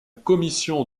commission